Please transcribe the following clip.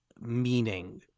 meaning